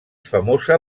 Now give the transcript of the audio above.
famosa